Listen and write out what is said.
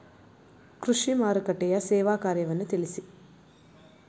ಕೃಷಿ ಮಾರುಕಟ್ಟೆಯ ಸೇವಾ ಕಾರ್ಯವನ್ನು ತಿಳಿಸಿ?